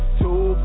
two